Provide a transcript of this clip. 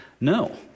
No